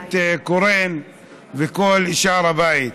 הכנסת קורן וכל שאר הבית,